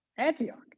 Antioch